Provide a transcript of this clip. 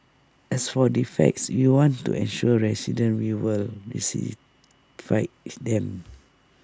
as for defects you want to assure residents we will them